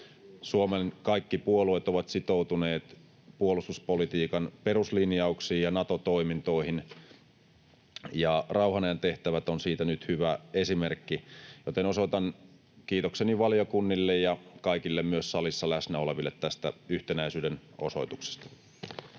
Suomen kaikki puolueet ovat sitoutuneet puolustuspolitiikan peruslinjauksiin ja Nato-toimintoihin, ja rauhanajan tehtävät ovat siitä nyt hyvä esimerkki, joten osoitan kiitokseni valiokunnille ja myös kaikille salissa läsnä oleville tästä yhtenäisyyden osoituksesta.